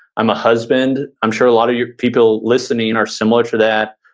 i'm a husband. i'm sure a lot of you people listening are similar to that.